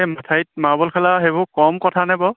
এই এঠাইত মাৰ্বল খেলা সেইবোৰ কম কথা নে বাৰু